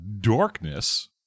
darkness